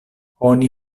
oni